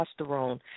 testosterone